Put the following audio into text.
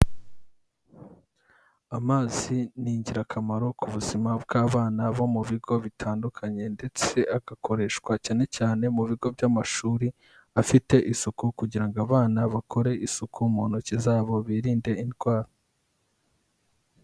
Amazi ni ingirakamaro ku buzima bw'abana bo mu bigo bitandukanye ndetse agakoreshwa cyane cyane mu bigo by'amashuri, afite isuku kugira ngo abana bakore isuku mu ntoki zabo birinde indwara.